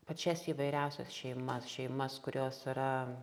pačias įvairiausias šeimas šeimas kurios yra